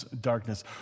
darkness